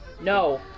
No